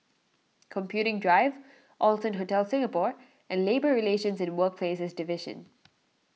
Computing Drive Allson Hotel Singapore and Labour Relations and Workplaces Division